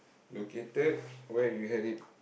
located where you had it